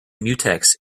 mutex